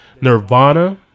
Nirvana